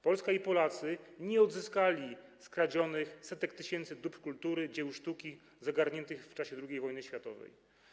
Polska i Polacy nie odzyskali skradzionych setek tysięcy dóbr kultury, dzieł sztuki zagarniętych w czasie II wojny światowej.